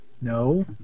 no